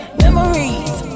memories